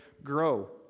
grow